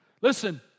Listen